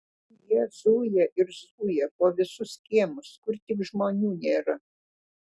jie zuja ir zuja po visus kiemus kur tik žmonių nėra